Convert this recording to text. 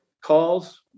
calls